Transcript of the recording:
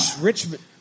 Richmond